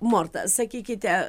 morta sakykite